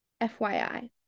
FYI